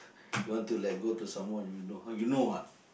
want to let go to someone you know how you know ah